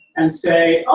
and say, oh,